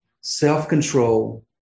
self-control